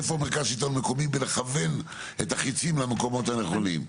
איפה מרכז שלטון מקומי בלכוון את החיצים למקומות הנכונים?